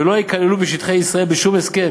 ולא ייכללו בשטחי ישראל בשום הסכם,